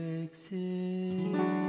exist